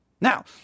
Now